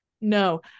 no